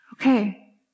okay